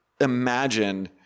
imagine